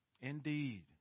Indeed